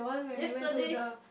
yesterday's